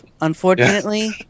Unfortunately